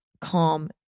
calm